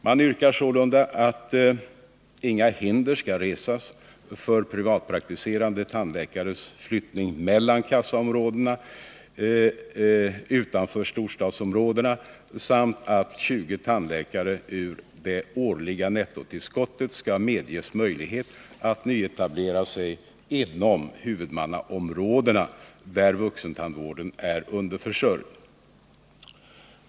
Man yrkar sålunda att inga hinder skall resas för privatpraktiserande tandläkares flyttning mellan kassaområdena utanför storstadsområdena samt att 20 tandläkare ur det årliga nettotillskottet skall medges möjlighet att nyetablera sig inom huvudmannaområdena där vuxentandvården är underförsörjd.